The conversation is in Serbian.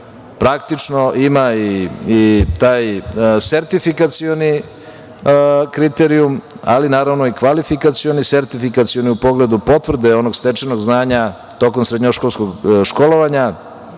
praktično ima i taj sertifikacioni kriterijum, ali naravno i kvalifikacioni i sertifikacioni u pogledu potvrde onog stečenog znanja tokom srednjoškolskog školovanja